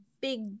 big